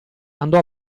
andò